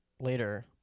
later